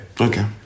Okay